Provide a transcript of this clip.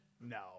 No